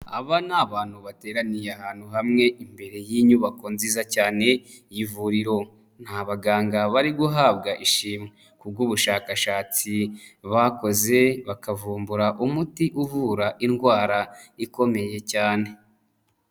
Aba ni abantu bateraniye ahantu hamwe imbere y'inyubako nziza cyane y'ivuriro, ni abaganga bari guhabwa ishimwe kubw'ubushakashatsi bakoze bakavumbura umuti uvura indwara ikomeye cyane.